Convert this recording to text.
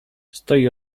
stoi